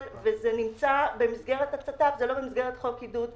וזה נמצא במסגרת הצת"פ ולא במסגרת חוק עידוד.